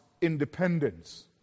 independence